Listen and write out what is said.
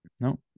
No